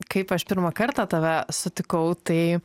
kaip aš pirmą kartą tave sutikau tai